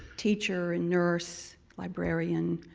teacher, and nurse, librarian,